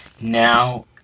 now